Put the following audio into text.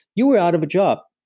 you were out of a job.